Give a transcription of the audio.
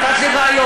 נתת לי רעיון,